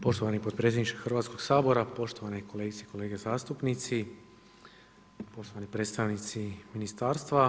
Poštovani potpredsjedniče Hrvatskog sabora, poštovane kolegice i kolega zastupnici, poštovani predstavnici Ministarstva.